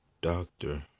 doctor